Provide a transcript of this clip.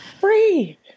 free